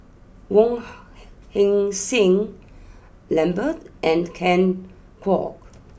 Wong Heck sing Lambert and Ken Kwek